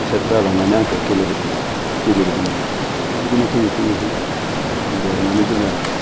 टिसारफ्रा लांनानै आंखौ गेलेहोदों गेलोहोदोंमोन थिग बिदिनो फैयै फैयै आं देरनानै जेब्ला